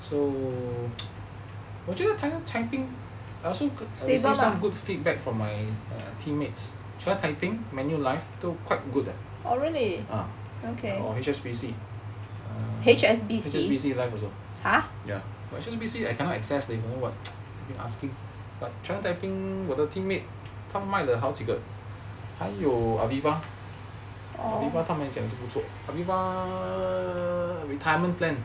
so 我觉得 china taiping I also can see some good feedback from my teammates china taiping Manulife 都 quite good ah or H_S_B_C H_S_B_C life also ya but H_S_B_C I cannot access leh you know what I asking but china taiping 我的 teammate 他卖了好几个还有 Aviva 他们讲也是不错 Aviva retirement plan